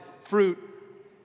fruit